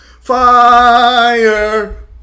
fire